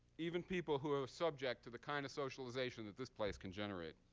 even people who are subject to the kind of socialization that this place can generate.